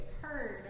heard